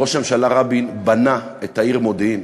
ראש הממשלה רבין בנה את העיר מודיעין.